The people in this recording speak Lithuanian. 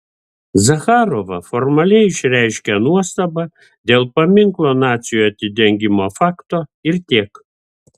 zacharova formaliai išreiškė nuostabą dėl paminklo naciui atidengimo fakto ir tiek